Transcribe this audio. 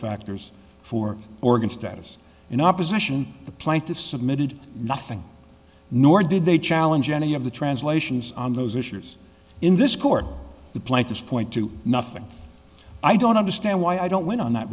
factors for organ status in opposition the plaintiffs submitted nothing nor did they challenge any of the translations on those issues in this court the plaintiffs point to nothing i don't understand why i don't went on that